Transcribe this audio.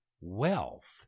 wealth